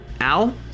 Al